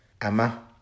Ama